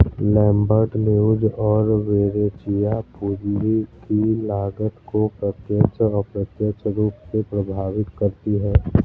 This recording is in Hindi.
लैम्बर्ट, लेउज़ और वेरेचिया, पूंजी की लागत को प्रत्यक्ष, अप्रत्यक्ष रूप से प्रभावित करती है